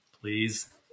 please